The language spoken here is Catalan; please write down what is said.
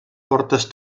portes